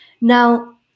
Now